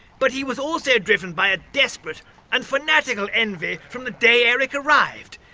but he was also driven by a desperate and fanatical envy from the day eric arrived.